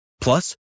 Plus